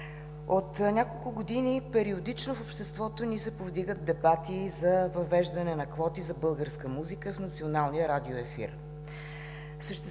От няколко години периодично в обществото ни се повдигат дебати за въвеждане на квоти за българска музика в националния радио ефир.